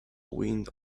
wind